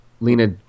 Lena